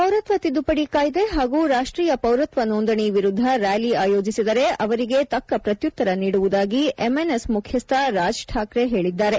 ಪೌರತ್ವ ತಿದ್ದುಪಡಿ ಕಾಯ್ದೆ ಹಾಗೂ ರಾಷ್ಟೀಯ ಪೌರತ್ವ ನೋಂದಣಿ ವಿರುದ್ದ ಕ್ವಾಲಿ ಆಯೋಜಿಸಿದರೆ ಅವರಿಗೆ ತಕ್ಕ ಪ್ರತ್ಯುತ್ತರ ನೀಡುವುದಾಗಿ ಎಂಎನ್ಎಸ್ ಮುಖ್ಯಸ್ಥ ರಾಜ್ ಠಾಕ್ರೆ ಹೇಳಿದ್ದಾರೆ